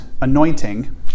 anointing